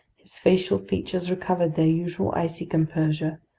his facial features recovered their usual icy composure,